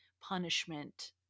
punishment